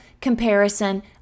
comparison